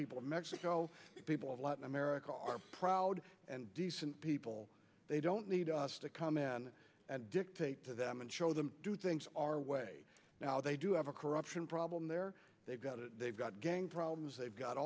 people of mexico the people of latin america are proud and decent people they don't need us to come in and dictate to them and show them do things our way now they do have a corruption problem there they've got it they've got gang problems they've got